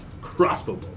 crossbow